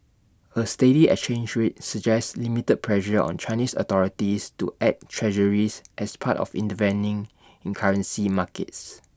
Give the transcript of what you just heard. A steady exchange rate suggests limited pressure on Chinese authorities to add Treasuries as part of intervening in currency markets